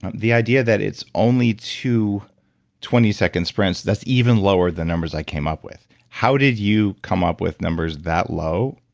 ah the idea that it's only two twenty seconds sprints, that's even lower than numbers i came up with. how did you come up with numbers that low?